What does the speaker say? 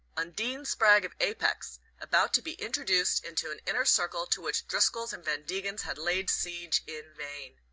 undine spragg of apex, about to be introduced into an inner circle to which driscolls and van degens had laid siege in vain!